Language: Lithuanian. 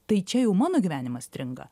tai čia jau mano gyvenimas stringa